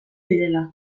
direla